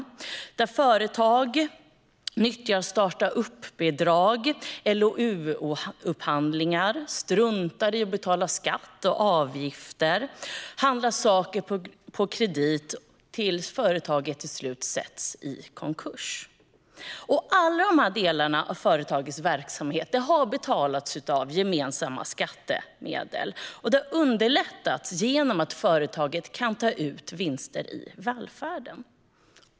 Det är företag som nyttjar starta-eget-bidrag och LOU-upphandlingar, struntar i att betala skatt och avgifter och handlar saker på kredit tills företaget till slut försätts i konkurs. Alla dessa delar av de här företagens verksamhet har betalats av gemensamma skattemedel och underlättats genom att företag kan ta ut vinster i välfärden.